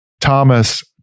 Thomas